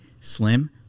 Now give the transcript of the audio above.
slim